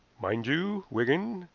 mind you, wigan,